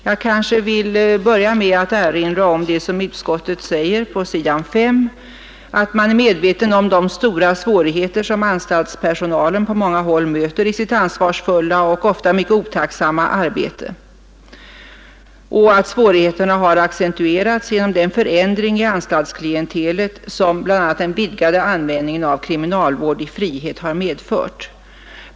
Jag vill börja med att erinra om det som utskottet säger på s. 5 om att man är medveten om ”de stora svårigheter anstaltspersonalen på många håll möter i sitt ansvarsfulla och ofta mycket otacksamma arbete” samt att svårigheterna ”har accentuerats genom den förändring i anstaltsklientelet som bl.a. den vidgade användningen av kriminalvård i frihet har medfört”.